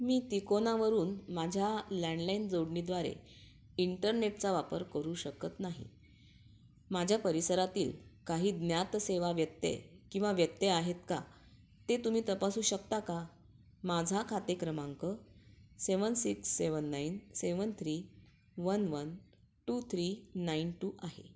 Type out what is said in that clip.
मी तिकोनावरून माझ्या लँडलाईन जोडणीद्वारे इंटरनेटचा वापर करू शकत नाही माझ्या परिसरातील काही ज्ञातसेवा व्यतय किंवा व्यतय आहेत का ते तुम्ही तपासू शकता का माझा खाते क्रमांक seven six seven nine seven three one one two three nine two आहे